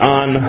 on